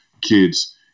kids